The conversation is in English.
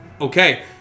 okay